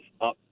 up